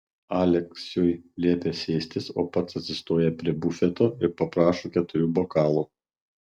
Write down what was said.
aleksiui liepia sėstis o pats atsistoja prie bufeto ir paprašo keturių bokalų